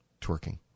twerking